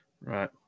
Right